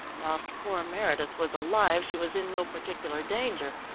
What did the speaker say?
whilst poor meredith was alive she was in no particular danger.